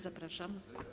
Zapraszam.